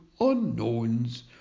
unknowns